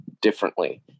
differently